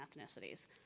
ethnicities